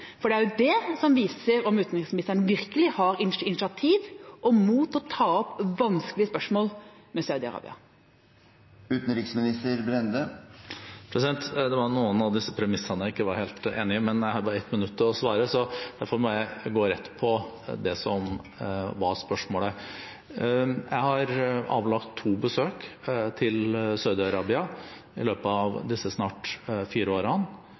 for det er jo det som viser om utenriksministeren virkelig har initiativ og mot til å ta opp vanskelige spørsmål med Saudi-Arabia. Det var noen av disse premissene jeg ikke var helt enig i, men jeg har bare ett minutt til å svare, så derfor må jeg gå rett på det som var spørsmålet. Jeg har avlagt to besøk til Saudi-Arabia i løpet av disse snart fire